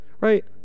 Right